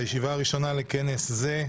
הישיבה הראשונה לכנס זה.